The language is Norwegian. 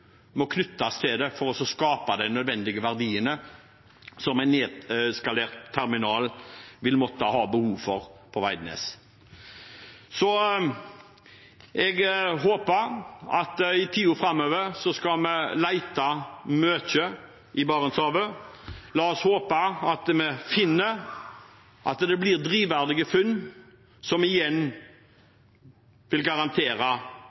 må knyttes til det for å skape de nødvendig verdiene som en nedskalert terminal vil måtte ha behov for på Veidnes. Så jeg håper at vi i tiden framover skal lete mye i Barentshavet. La oss håpe at vi finner, at det blir drivverdige funn, som igjen vil garantere